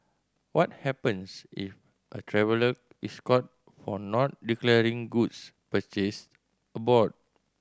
what happens if a traveller is caught for not declaring goods purchased abroad